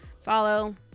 follow